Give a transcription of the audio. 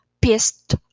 pissed